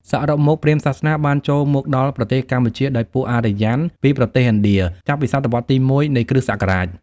សរុបមកព្រាហ្មណ៍សាសនា បានចូលមកដល់ប្រទេសកម្ពុជាដោយពួកអារ្យ័នពីប្រទេសឥណ្ឌា ចាប់ពីសតវត្សរ៍ទី ១ នៃគ្រិស្តសករាជ។